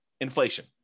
Inflation